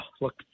look